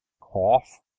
cough,